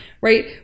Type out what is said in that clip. Right